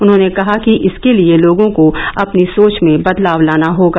उन्होंने कहा कि इसके लिए लोगों को अपनी सोच में बदलाव लाना होगा